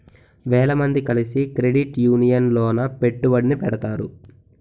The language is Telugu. వేల మంది కలిసి క్రెడిట్ యూనియన్ లోన పెట్టుబడిని పెడతారు